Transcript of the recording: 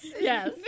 Yes